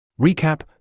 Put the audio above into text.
Recap